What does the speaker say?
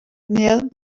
near